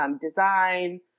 design